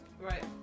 right